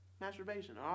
Masturbation